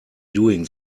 doing